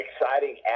exciting